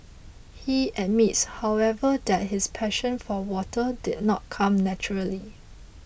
he admits however that his passion for water did not come naturally